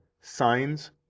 signs